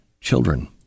children